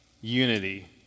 unity